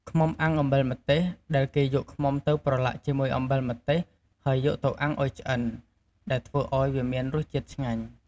ឃ្មុំអាំងអំបិលម្ទេស ដែលគេយកឃ្មុំទៅប្រឡាក់ជាមួយអំបិលម្ទេស ហើយយកទៅអាំងឱ្យឆ្អិន ដែលធ្វើឱ្យវាមានរសជាតិឆ្ងាញ់។